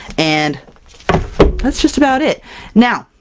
and that's just about it now!